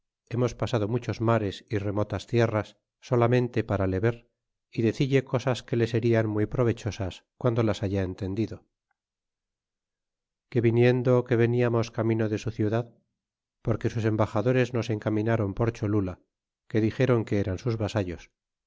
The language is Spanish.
hemos pasado muchos mares é remotas tierras solamente para le ver é decille cosas que le serian muy provechosas guando las haya entendido que viniendo que veniainos camino de su ciudad porque sus embaxadores nos encaminaron por cholula que dixéron que eran sus vasallos